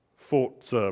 fought